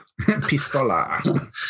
Pistola